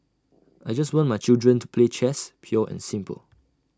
I just want my children to play chess pure and simple